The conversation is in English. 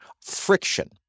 friction